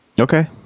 Okay